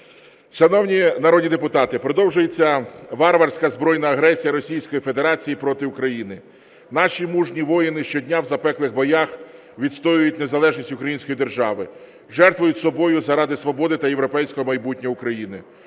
Шановні народні депутати, продовжується варварська збройна агресія Російської Федерації проти України. Наші мужні воїни щодня в запеклих боях відстоюють незалежність української держави, жертвують собою заради свободи та європейського майбутнього України.